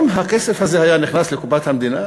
אם הכסף הזה היה נכנס לקופת המדינה